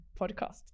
podcast